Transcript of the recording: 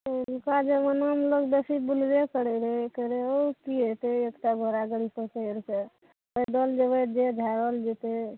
पहिलुका जमानामे लोक बेसी बुलबे करय रहय करय ओ की हेतय एकटा घोड़ा गाड़ीपर चढ़िकऽ पैदल जेबय देह झाड़ल जेतय